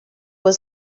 was